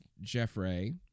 Jeffrey